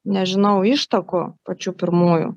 nežinau ištakų pačių pirmųjų